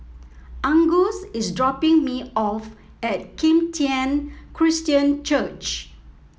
Angus is dropping me off at Kim Tian Christian Church